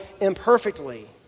imperfectly